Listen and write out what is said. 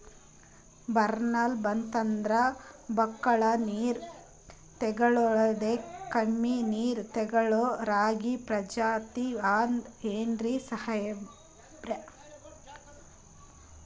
ಬರ್ಗಾಲ್ ಬಂತಂದ್ರ ಬಕ್ಕುಳ ನೀರ್ ತೆಗಳೋದೆ, ಕಮ್ಮಿ ನೀರ್ ತೆಗಳೋ ರಾಗಿ ಪ್ರಜಾತಿ ಆದ್ ಏನ್ರಿ ಸಾಹೇಬ್ರ?